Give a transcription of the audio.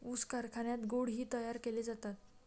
ऊस कारखान्यात गुळ ही तयार केले जातात